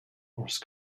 horse